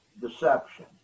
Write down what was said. deception